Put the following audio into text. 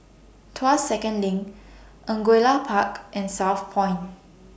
Tuas Second LINK Angullia Park and Southpoint